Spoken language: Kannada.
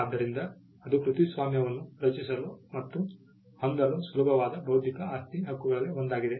ಆದ್ದರಿಂದ ಅದು ಕೃತಿಸ್ವಾಮ್ಯವನ್ನು ರಚಿಸಲು ಮತ್ತು ಹೊಂದಲು ಸುಲಭವಾದ ಬೌದ್ಧಿಕ ಆಸ್ತಿ ಹಕ್ಕುಗಳಲ್ಲಿ ಒಂದಾಗಿದೆ